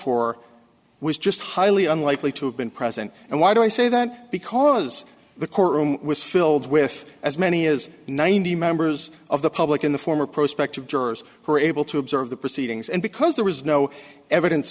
was just highly unlikely to have been present and why do i say that because the courtroom was filled with as many as ninety members of the public in the former prospect of jurors who were able to observe the proceedings and because there was no evidence